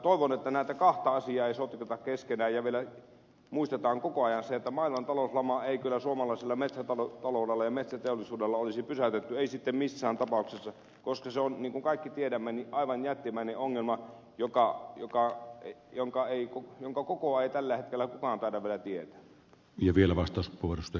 toivon että näitä kahta asiaa ei sotketa keskenään ja vielä muistetaan koko ajan se että maailman talouslamaa ei kyllä suomalaisella metsätaloudella ja metsäteollisuudella olisi pysäytetty ei sitten missään tapauksessa koska se on niin kuin kaikki tiedämme aivan jättimäinen ongelma jonka kokoa ei tällä hetkellä kukaan taida vielä tietää